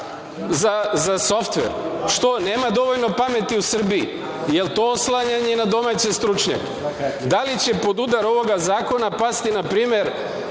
za softver… Što, nema dovoljno pameti u Srbiji? Jel to oslanjanje na domaće stručnjake? Da li će pod udar ovog zakona pasti, na primer,